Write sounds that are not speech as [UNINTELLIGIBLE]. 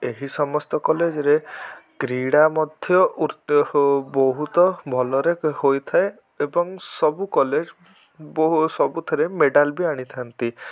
ଏହି ସମସ୍ତ କଲେଜ୍ରେ କ୍ରୀଡ଼ା ମଧ୍ୟ [UNINTELLIGIBLE] ବହୁତ ଭଲରେ ହୋଇଥାଏ ଏବଂ ସବୁ କଲେଜ୍ ସବୁଥିରେ ମେଡ଼ାଲ୍ ବି ଆଣିଥାନ୍ତି